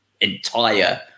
entire